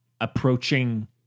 approaching